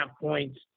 points